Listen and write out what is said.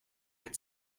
ein